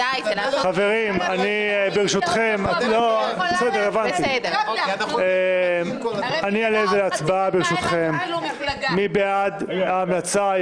ברשותכם, אני אעלה את זה להצבעה, מי בעד ההמלצה?